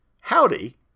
Howdy